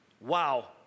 Wow